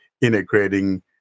integrating